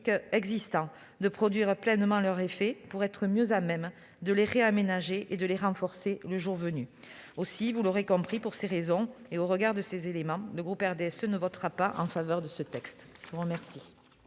existants de produire pleinement leurs effets pour être mieux à même de les réaménager et de les renforcer le jour venu. Aussi, vous l'aurez compris, au regard de ces éléments, le groupe RDSE ne votera pas en faveur du texte. La parole